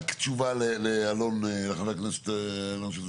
רק תשובה לאלון, לחבר הכנסת אלון.